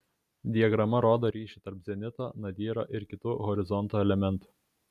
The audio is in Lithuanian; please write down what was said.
diagrama rodo ryšį tarp zenito nadyro ir kitų horizonto elementų